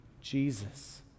Jesus